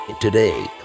Today